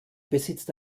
besitzt